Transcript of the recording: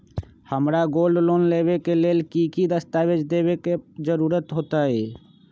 हमरा gold loan लेबे के लेल कि कि दस्ताबेज के जरूरत होयेत?